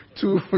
Two